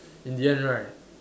in the end right